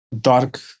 dark